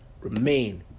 remain